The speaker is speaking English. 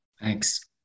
Thanks